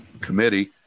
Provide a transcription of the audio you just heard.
committee